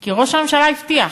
כי ראש הממשלה הבטיח.